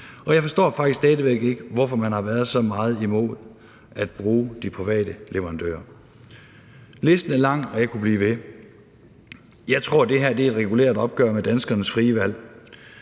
Og jeg forstår faktisk stadig væk ikke, hvorfor man har været så meget imod at bruge de private leverandører. Listen er lang, og jeg kunne blive ved. Jeg tror, det her er et regulært opgør med danskernes frie valg.